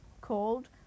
called